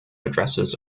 addresses